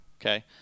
okay